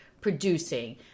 producing